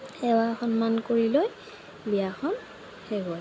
সেৱা সন্মান কৰি লৈ বিয়াখন শেষ হয়